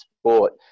sport